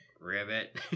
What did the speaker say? ribbit